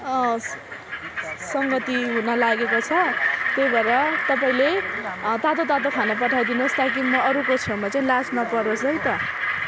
सङ्गति हुन लागेको छ त्यही भएर तपाईँले तातो तातो खाना पठाइदिनोस् ताकि म अरूको छेउमा चाहिँ लाज नपरोस् है त